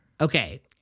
Okay